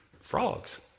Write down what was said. Frogs